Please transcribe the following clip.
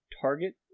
target